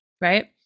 right